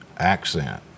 Accent